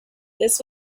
this